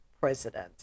president